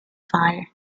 fire